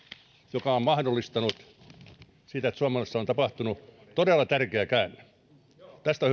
joka on mahdollistanut sitä että suomessa on tapahtunut todella tärkeä käänne tästä